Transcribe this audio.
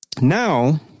now